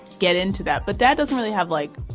get into that. but that doesn't really have, like,